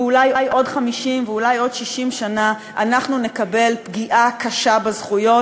ואולי עוד 50 ואולי עוד 60 שנה אנחנו נקבל פגיעה קשה בזכויות,